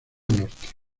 norte